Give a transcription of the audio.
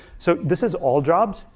so this is all jobs.